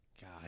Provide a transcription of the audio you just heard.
God